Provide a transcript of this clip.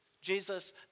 Jesus